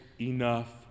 enough